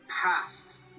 past